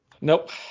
Nope